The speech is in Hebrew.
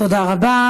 תודה רבה.